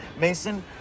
Mason